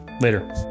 later